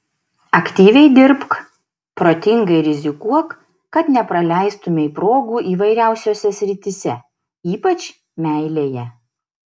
aktyviai dirbk protingai rizikuok kad nepraleistumei progų įvairiausiose srityse ypač meilėje